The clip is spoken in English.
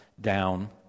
down